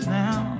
now